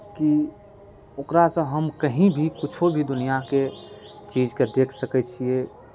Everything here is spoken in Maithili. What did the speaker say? कि ओकरासँ हम कहीँ भी किछो भी दुनिआँके चीजकेँ देखि सकै छियै